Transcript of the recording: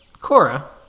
Cora